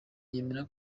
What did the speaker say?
yemera